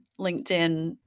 LinkedIn